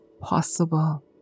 possible